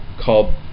called